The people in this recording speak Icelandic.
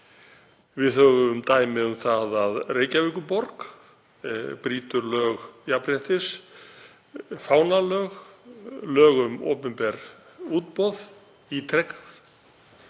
Við höfum dæmi um það að Reykjavíkurborg brýtur lög jafnréttis, fánalög og lög um opinber útboð ítrekað.